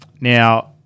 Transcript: Now